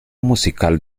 musical